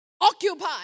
Occupy